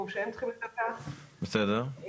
לי,